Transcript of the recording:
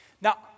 Now